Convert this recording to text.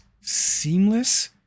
seamless